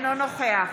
נוכח